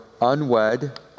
unwed